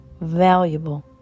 valuable